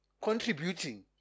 contributing